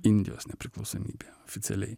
indijos nepriklausomybė oficialiai